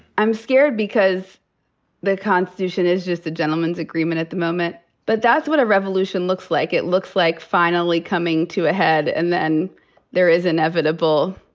i'm scared because the constitution is just a gentlemen's agreement at the moment. but that's what a revolution looks like. it looks like finally coming to a head and then there is inevitable,